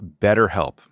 BetterHelp